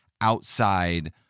outside